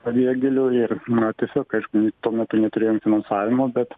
pabėgėlių ir na tiesiog aišku n tuo metu neturėjom finansavimo bet